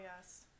yes